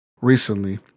recently